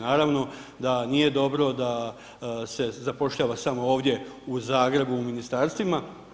Naravno da nije dobro da se zapošljava samo ovdje u Zagrebu u Ministarstvima.